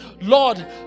Lord